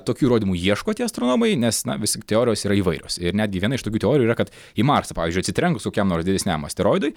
tokių įrodymų ieško tie astronomai nes na vis tik teorijos yra įvairios ir netgi viena iš tokių teorijų yra kad į marsą pavyzdžiui atsitrenkus kokiam nors didesniam asteroidui